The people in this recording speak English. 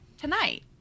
tonight